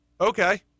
okay